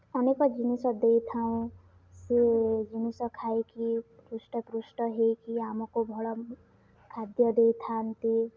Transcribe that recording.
ଅନେକ ଜିନିଷ ଦେଇଥାଉ ସେ ଜିନିଷ ଖାଇକି ହୃଷ୍ଟପୃଷ୍ଟ ହୋଇକି ଆମକୁ ଭଲ ଖାଦ୍ୟ ଦେଇଥାନ୍ତି